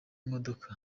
modoka